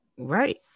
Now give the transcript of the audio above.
Right